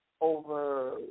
over